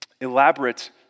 elaborate